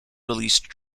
released